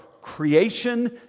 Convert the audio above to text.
creation